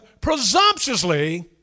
presumptuously